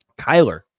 Kyler